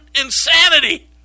insanity